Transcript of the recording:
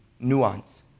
nuance